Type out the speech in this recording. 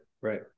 right